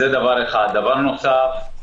דבר נוסף,